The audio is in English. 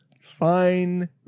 Fine